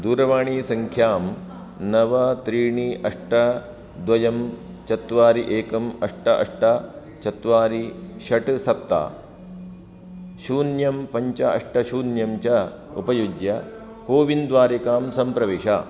दूरवाणीसङ्ख्यां नव त्रीणि अष्ट द्वे चत्वारि एकम् अष्ट अष्ट चत्वारि षट् सप्त शून्यं पञ्च अष्ट शून्यं च उपयुज्य कोविन् द्वारिकां सम्प्रविश